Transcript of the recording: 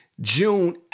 June